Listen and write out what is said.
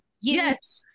yes